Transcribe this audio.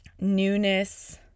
newness